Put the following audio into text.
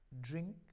drink